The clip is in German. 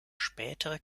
spätere